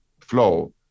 flow